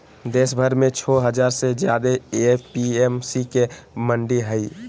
देशभर में छो हजार से ज्यादे ए.पी.एम.सी के मंडि हई